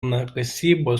kalnakasybos